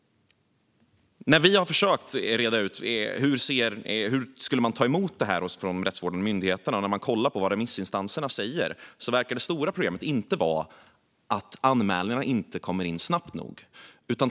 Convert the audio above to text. Vi har försökt reda ut hur de rättsvårdande myndigheterna skulle ta emot det här och kollat på vad remissinstanserna säger, och det stora problemet verkar inte vara att anmälningarna inte kommer in snabbt nog.